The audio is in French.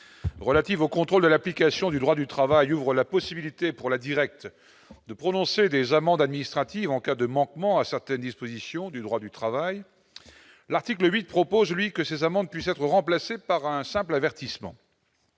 relatives au contrôle de l'application du droit du travail ouvre la possibilité pour la directe de prononcer des amendes administratives en cas de manquement à certaines dispositions du droit du travail, l'article 8, propose, lui, que ces amendes puisse être remplacée par un simple avertissement,